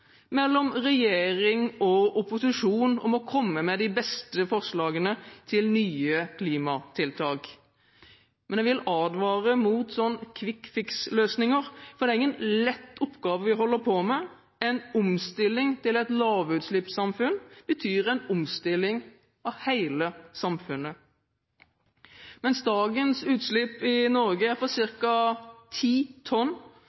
mellom regjering og opposisjon om å komme med de beste forslagene til nye klimatiltak. Men jeg vil advare mot «quick fix»-løsninger, for det er ingen lett oppgave vi holder på med. En omstilling til et lavutslippssamfunn betyr en omstilling av hele samfunnet. Mens dagens utslipp i Norge er på ca. 10 tonn